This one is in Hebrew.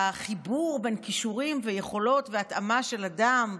לחיבור בין כישורים ויכולות והתאמה של אדם,